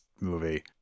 movie